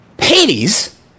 Hades